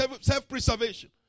self-preservation